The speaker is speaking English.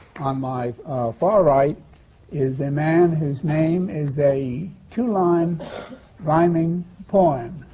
on my far right is a man whose name is a two line rhyming poem,